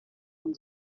von